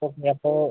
okay അപ്പോൾ